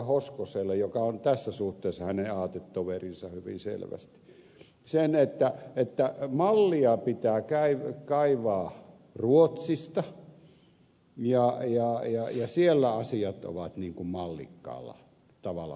hoskoselle joka on tässä suhteessa hänen aatetoverinsa hyvin selvästi sen että mallia pitää kaivaa ruotsista ja siellä asiat on mallikkaalla tavalla hoidettu